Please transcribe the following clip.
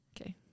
okay